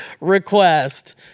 request